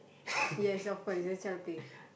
yes of course it's a child play